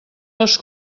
les